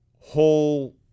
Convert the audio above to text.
whole